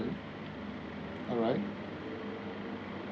okay alright